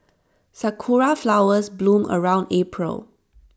Sakura Flowers bloom around April